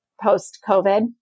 post-COVID